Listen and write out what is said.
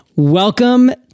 Welcome